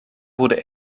wurde